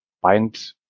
bind